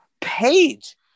page